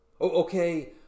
Okay